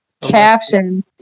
Caption